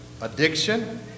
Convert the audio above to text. Addiction